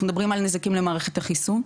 אנחנו מדברים על נזקים למערכת החיסון,